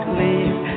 leave